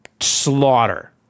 slaughter